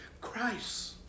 Christ